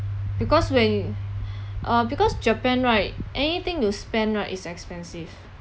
because when uh because japan right anything to spend right is expensive